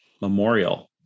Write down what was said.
Memorial